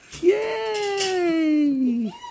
Yay